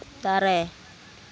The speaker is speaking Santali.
ᱫᱟᱨᱮ